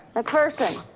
mcpherson?